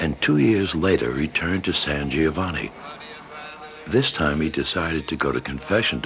and two years later returning to san giovanni this time he decided to go to confession